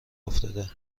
افتاده